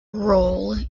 role